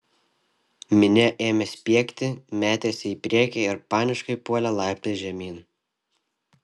minia ėmė spiegti metėsi į priekį ir paniškai puolė laiptais žemyn